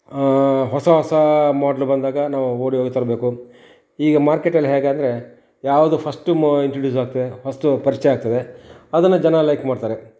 ಆಂ ಹೊಸಾ ಹೊಸಾ ಮಾಡ್ಲ್ ಬಂದಾಗ ನಾವು ಓಡಿ ಹೋಗಿ ತರಬೇಕು ಈಗ ಮಾರ್ಕೆಟಲ್ಲಿ ಹೇಗಂದ್ರೆ ಯಾವುದು ಫಸ್ಟ್ ಮ ಇಂಟ್ರುಡ್ಯೂಸ್ ಆಗ್ತದೆ ಹೊಸತು ಪರಿಚಯ ಆಗ್ತದೆ ಅದನ್ನು ಜನ ಲೈಕ್ ಮಾಡ್ತಾರೆ